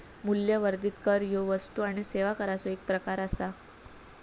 मूल्यवर्धित कर ह्यो वस्तू आणि सेवा कराचो एक प्रकार आसा